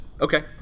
okay